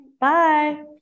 Bye